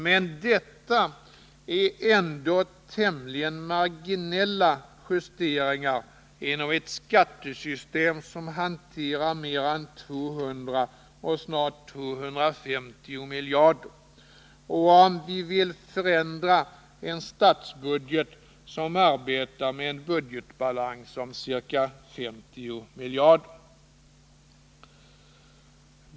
Men detta är ändå tämligen marginella justeringar inom ett skattesystem som hanterar mer än 200 och snart 250 miljarder och om vi vill förändra en statsbudget som arbetar med en budgetbalans om ca 50 miljarder.